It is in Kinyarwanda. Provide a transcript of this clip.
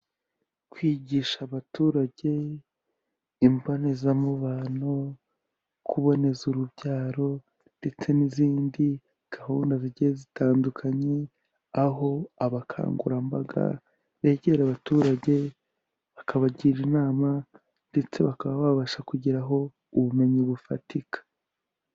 Kwigisha abaturage imbonezamubano, kuboneza urubyaro ndetse n'izindi gahunda zigiye zitandukanye, aho abakangurambaga begera abaturage bakabagira inama ndetse bakaba babasha kugera aho ubumenyi bufatika.